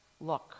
look